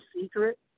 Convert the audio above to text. secret